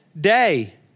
day